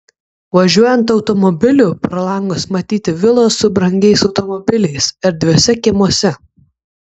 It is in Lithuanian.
važiuojant automobiliu pro langus matyti vilos su brangiais automobiliais erdviuose kiemuose